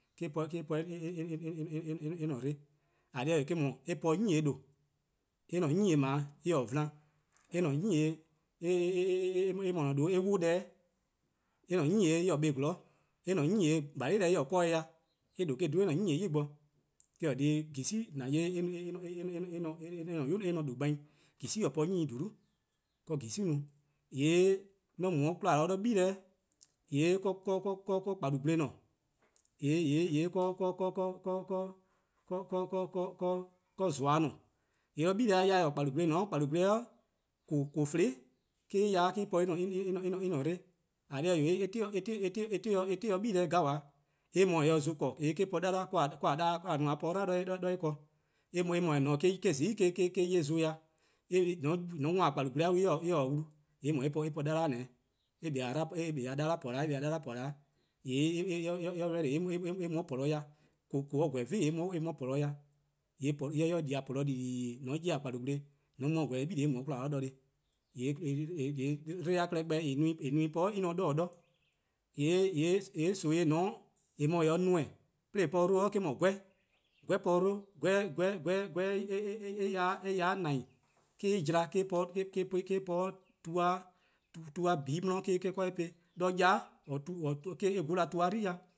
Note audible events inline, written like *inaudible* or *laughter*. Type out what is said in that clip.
*hesitation* 'de eh po *hesitation* eh-a' 'dle. :eh :korn dhih eh 'wee' eh po 'gehn :due', eh-a' 'gehn mlor eh :vlan, eh-a' 'ghen *hesitation* :eh ne-a :due' eh 'wluh-' deh, eh gehn-a 'kpa 'zorn, eh 'gehn deh 'sluh-a :koan-dih-eh dih, eh :due'-a 'dhu eh-a' gehn 'yli-eh bo, eh-: :korn dhih :jili' eh-a' *hesitation* eh-a' 'yu-a ne :due' gban 'i, eh-a po ghen :dhulu', :kaa :jili'-a no. :yee' :mor 'on mu 'de 'kwla 'de 'gle, :yee' *hesitation* 'de :kpai-gle :ne, *hesitation* yee' *hesitation* :zoa' :ne, :yee' 'de 'gle-a 'yor-eh :kpai-gle :en-a, :kpai-gle, *hesitation* :koo: :fluh+ me en ya 'de en po-dih *hesitation* en-a' 'dle+, :eh :korn dhih eh 'wee' *hesitation* eh 'ti 'de 'gle 'gabaa:, eh :mor :eh se :voor no eh po wele-eh, *hesitation* 'ka :a no :a po 'dlan 'do eh ken, eh :mor ne-a 'o *hesitation* eh no :zai' :eh 'ye zon-dih. *hesitation* :mor :on 'worn :kpai-gle-a ::mor *hesitation* eh :taa wlu, eh :mor, eh po wele-eh :ne 'o. 'wele-eh: po eh, eh kpa-a 'o wele-eh po 'da, eh kpa-a 'o wele-eh po 'da, :mor eh ready :yee' *hesitation* eh mu 'de :porlor' ya, mor :koo: :gweh 'kpa-ih' :yee' eh mu 'de :porluh ya, *hesitation* :yee' :mor eh di :porlor :dii:, :mor :lon 'ye :kpai-gle :yee' eh 'bili: eh mu 'de 'kwla 'de, *hesitation* 'dle+-a klehkpeh neme-a po-a en :ne :doror' 'dor' *hesitation* :yee' nimi-eh :eh :ne-a 'o :eh se-a neme: 'de :eh po-a 'dle eh-: 'dhu 'gweh-'. 'Gweh-a po 'dle, *hesitation* 'gweh *hesitation* eh ya 'de :name: me-: eh 'jla, *hesitation* eh po 'de tu-a bi 'de 'de yai' *hesitation* eh gola tu-a 'dlu+-dih. '